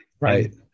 Right